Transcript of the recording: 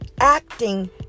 acting